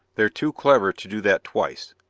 they're too clever to do that twice.